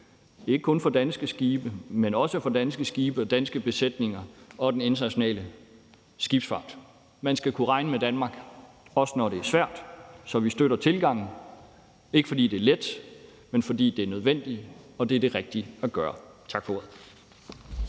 sikkerhed for ikke kun danske skibe og danske besætninger, men også den internationale skibsfart. Man skal kunne regne med Danmark, også når det er svært, så vi støtter tilgangen, ikke fordi det er let, men fordi det er nødvendigt og det er det rigtige at gøre. Tak for ordet.